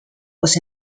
was